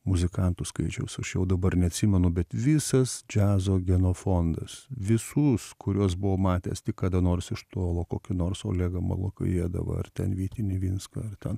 muzikantų skaičiaus aš jau dabar neatsimenu bet visas džiazo genofondas visus kuriuos buvau matęs tik kada nors iš tolo kokį nors olegą malokojedovą ar ten vytį nivinską ar ten